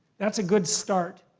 that's a good start.